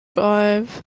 dive